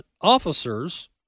officers